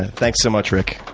and thanks so much, rick.